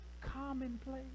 commonplace